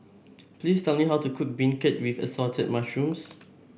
please tell me how to cook beancurd with Assorted Mushrooms